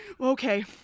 Okay